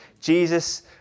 Jesus